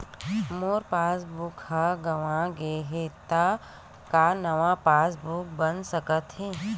मोर passbook ह गंवा गे हे त का नवा पास बुक बन सकथे?